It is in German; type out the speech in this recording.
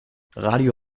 radio